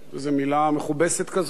איזה מלה מכובסת כזאת,